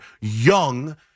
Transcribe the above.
young